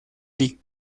lee